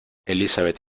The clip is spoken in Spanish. elisabet